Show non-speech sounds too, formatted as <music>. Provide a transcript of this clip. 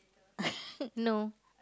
<laughs> no